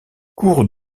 cours